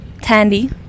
Tandy